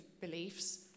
beliefs